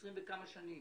עשרים ומשהו שנים.